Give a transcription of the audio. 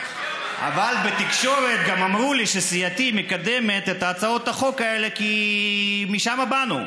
אבל בתקשורת גם אמרו לי שסיעתי מקדמת את הצעות החוק האלה כי משם באנו.